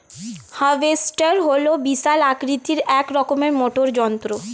harvester হল বিশাল আকৃতির এক রকমের মোটর যন্ত্র